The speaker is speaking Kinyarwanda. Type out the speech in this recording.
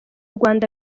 rwanda